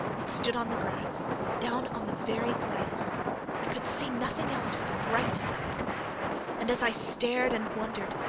it stood on the grass down on the very grass i could see nothing else for the brightness of it and as i stared and wondered,